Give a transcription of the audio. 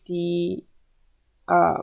the uh